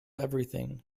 everything